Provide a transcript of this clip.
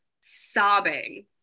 sobbing